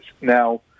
Now